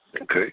Okay